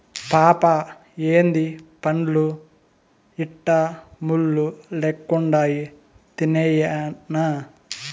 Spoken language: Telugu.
పాపా ఏందీ పండ్లు ఇట్లా ముళ్ళు లెక్కుండాయి తినేయ్యెనా